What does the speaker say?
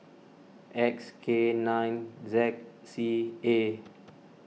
X K nine Z C A